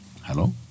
Hello